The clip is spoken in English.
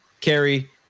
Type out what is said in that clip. Carrie